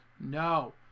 No